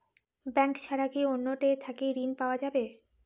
Bank ছাড়া কি অন্য টে থাকি ঋণ পাওয়া যাবে?